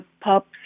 pups